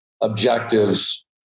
objectives